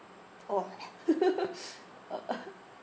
oh